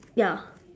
ya